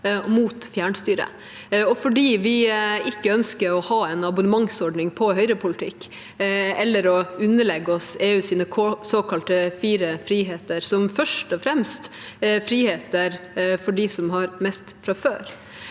og imot fjernstyre, og fordi vi ikke ønsker å ha en abonnementsordning på høyrepolitikk eller å underlegge oss EUs såkalte fire friheter, som først og fremst er friheter for dem som har mest fra før.